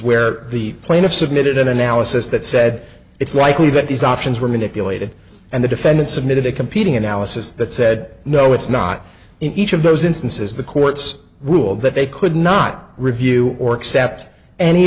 where the plaintiff submitted an analysis that said it's likely that these options were manipulated and the defendant submitted a competing analysis that said no it's not in each of those instances the courts ruled that they could not review or accept any